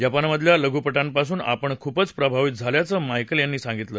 जपानमधल्या लघुपटांपासून आपण खूपच प्रभावित झाल्याचं मायकेल यांनी सांगितलं